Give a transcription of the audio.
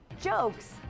Jokes